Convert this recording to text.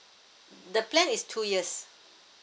the plan is two years